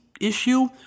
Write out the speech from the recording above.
issue